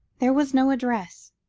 there was no address,